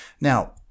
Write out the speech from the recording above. now